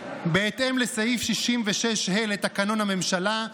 בהתאם לסעיף 66(ה) לתקנון הממשלה,